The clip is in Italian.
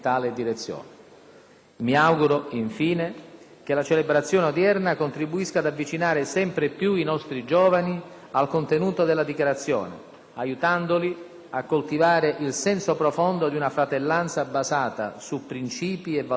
Mi auguro, infine, che la celebrazione odierna contribuisca ad avvicinare sempre più i nostri giovani al contenuto della Dichiarazione, aiutandoli a coltivare il senso profondo di una fratellanza basata su principi e valori universali,